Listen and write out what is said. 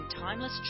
timeless